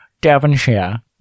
Devonshire